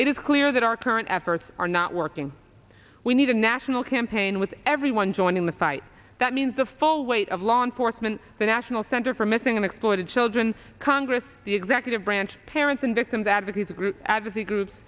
it is clear that our current efforts are not working we need a national campaign with everyone joining the fight that means the full weight of law enforcement the national center for missing and exploited children congress the executive branch parents and victims advocates advocacy groups